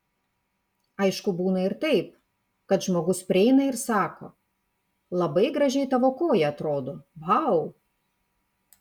aišku būna ir taip kad žmogus prieina ir sako labai gražiai tavo koja atrodo vau